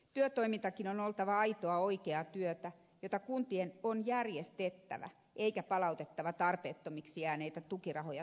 työtoiminnankin on oltava aitoa oikeaa työtä jota kuntien on järjestettävä eikä palautettava tarpeettomiksi jääneitä tukirahoja takaisin kelaan